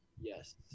Yes